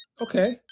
okay